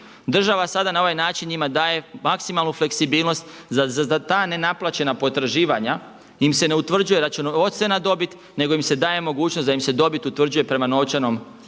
država sada na ovaj način njima daje maksimalnu fleksibilnost. Za ta nenaplaćena potraživanja im se ne utvrđuje računovodstvena dobit nego im se daje mogućnost da im se dobit utvrđuje prema novčanom